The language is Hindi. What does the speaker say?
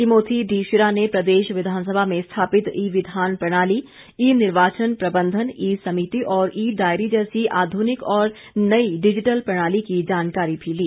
टिमोथी डी शिरा ने प्रदेश विधानसभा में स्थापित ई विधान प्रणाली ई निर्वाचन प्रबंधन ई समिति और ई डायरी जैसी आध्रनिक और नई डिजिटल प्रणाली की जानकारी भी ली